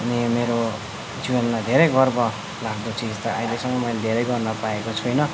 अनि मेरो जीवनमा धेरै गर्व लाग्दो चिज त अहिलेसम्म मैले धेरै गर्न पाएको छुइनँ